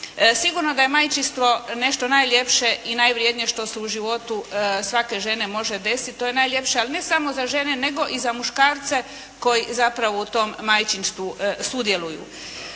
Sigurno da je majčinstvo nešto najljepše i najvrijednije što se u životu svake žene može desiti. To je najljepše ali ne samo za žene nego i za muškarce koji zapravo u tom majčinstvu sudjeluju.